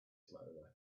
slowly